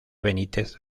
benítez